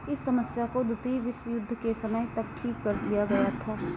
इस समस्या को द्वितीय विश्व युद्ध के समय तक ठीक कर दिया गया था